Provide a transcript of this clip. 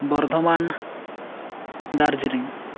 Bardhaman Darjeeling